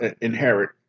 inherit